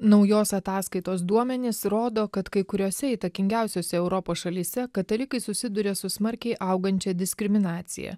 naujos ataskaitos duomenys rodo kad kai kuriose įtakingiausiose europos šalyse katalikai susiduria su smarkiai augančia diskriminacija